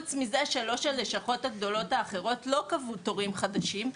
חוץ מזה ששלוש הלשכות האחרות לא קבעו תורים חדשים,